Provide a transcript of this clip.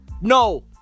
no